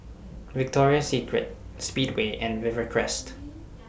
Victoria Secret Speedway and Rivercrest